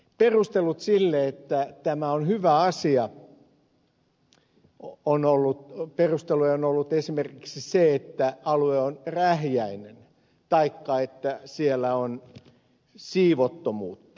perustelu sille että tämä on hyvä asia on ollut esimerkiksi se että alue on rähjäinen taikka se että siellä on siivottomuutta